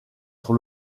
sur